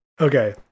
okay